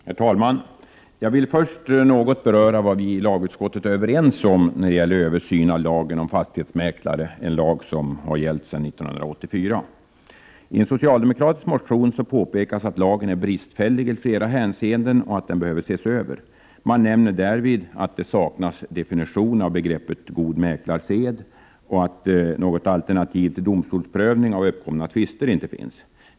Herr talman! Jag vill först något beröra det som vi i lagutskottet är överens om när det gäller översynen av lagen om fastighetsmäklare, en lag som har gällt sedan 1984. I en socialdemokratisk motion påpekas att lagen är bristfällig i flera hänseenden och behöver ses över. Man nämner därvid att det saknas definition av begreppet god mäklarsed och att något alternativ till domstolsprövning av uppkomna tvister inte finns.